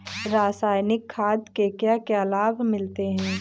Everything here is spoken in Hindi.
रसायनिक खाद के क्या क्या लाभ मिलते हैं?